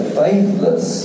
faithless